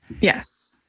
Yes